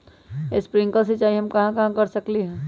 Sprinkle सिंचाई हम कहाँ कहाँ कर सकली ह?